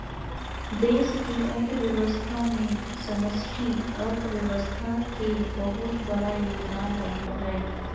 देश के अर्थव्यवस्था मे समष्टि अर्थशास्त्र के बहुत बड़ा योगदान रहो हय